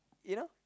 you know